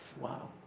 wow